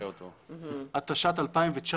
התשע"ט-2019.